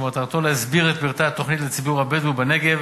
שמטרתו להסביר את פרטי התוכנית לציבור הבדואי בנגב